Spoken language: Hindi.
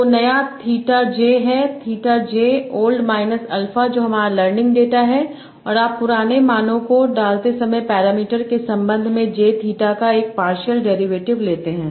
तो नया थीटा j है theta j old minus alpha जो हमारा लर्निंग डेटा है और आप पुराने मानों को डालते समय पैरामीटर के संबंध में j थीटा का एक पार्शियल डेरीवेटिव लेते हैं